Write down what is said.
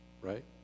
Right